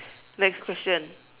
next question